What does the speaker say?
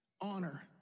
honor